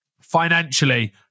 financially